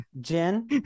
Jen